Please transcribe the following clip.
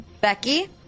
Becky